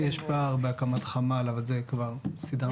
יש פער בהקמת חמ"ל אבל זה כבר סידרנו,